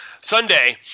Sunday